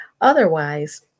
Otherwise